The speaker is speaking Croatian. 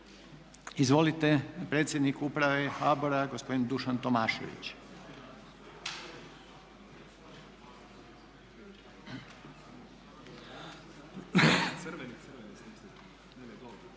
Izvolite, predsjednik uprave HBOR-a, gospodin Dušan Tomašević.